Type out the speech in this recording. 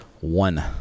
One